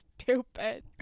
stupid